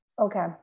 okay